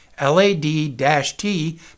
LAD-T